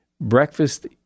breakfast